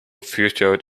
featured